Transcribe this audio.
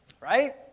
Right